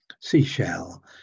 Seashell